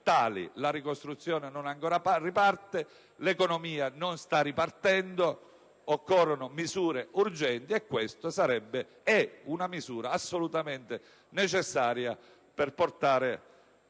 La ricostruzione ancora non parte, l'economia non sta ripartendo. Occorrono misure urgenti, e questa è una misura assolutamente necessaria per riavviare